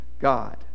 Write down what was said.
God